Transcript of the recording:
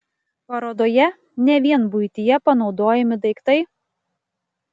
parodoje ne vien buityje panaudojami daiktai